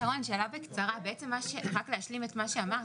שרון, שאלה בקצרה רק להשלים את מה שאמרת.